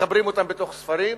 מחברים אותם בתוך ספרים,